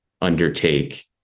undertake